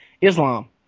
Islam